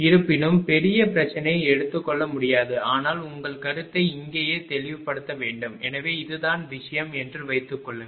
இருப்பினும் பெரிய பிரச்சனையை எடுத்துக்கொள்ள முடியாது ஆனால் உங்கள் கருத்தை இங்கேயே தெளிவுபடுத்த வேண்டும் எனவே இதுதான் விஷயம் என்று வைத்துக்கொள்ளுங்கள்